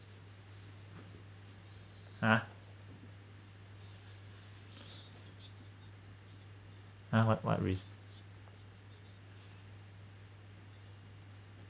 ah ah what what risk